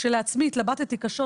כשלעצמי התלבטתי קשות,